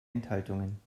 enthaltungen